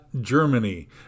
Germany